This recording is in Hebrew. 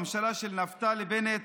הממשלה של נפתלי בנט,